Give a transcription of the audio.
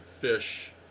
fish